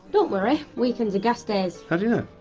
don't worry, weekends are guest days. how